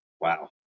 wow